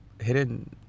hidden